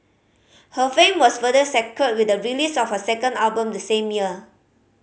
her fame was further secured with the release of her second album the same year